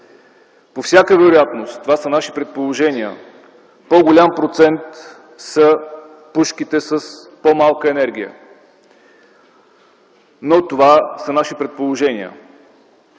По всяка вероятност, това са наши предположения, по-голям процент са пушките с по-малка енергия. Мога да дам няколко